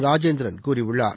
ராஜேந்திரன் கூறியுள்ளார்